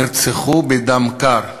נרצחו בדם קר.